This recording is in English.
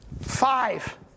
Five